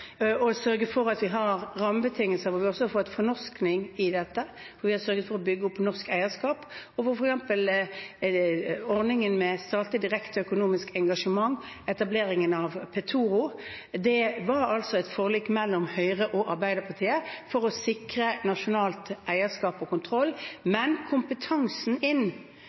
vi har rammebetingelser hvor vi også får fornorskning, og hvor vi har sørget for å bygge opp norsk eierskap. For eksempel var ordningen med statlig direkte økonomisk engasjement, etableringen av Petoro, et forlik mellom Høyre og Arbeiderpartiet for å sikre nasjonalt eierskap og kontroll – men med kompetanse inn